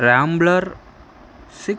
rambler six